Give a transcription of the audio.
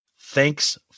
thanks